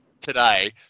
today